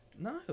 No